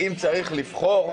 אם צריך לבחור,